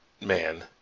man